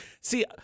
See